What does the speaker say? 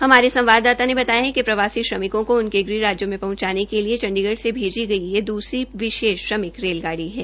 हमारे संवाददाता ने बताया कि प्रवासी श्रमिकों को उनके गृह राज्यों में पहंचाने के लिए चंडीगढ़ से भेजी यह दूसरी विशेष श्रमिक रेलगाड़ी है